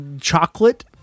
Chocolate